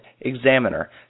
examiner